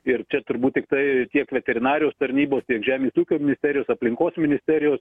ir čia turbūt tiktai tiek veterinarijos tarnybos tiek žemės ūkio ministerijos aplinkos ministerijos